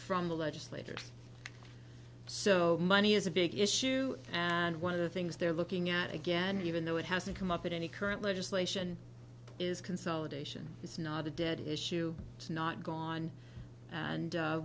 from the legislators so money is a big issue and one of the things they're looking at again even though it hasn't come up in any current legislation is consolidation it's not a dead issue it's not gone and